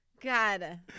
God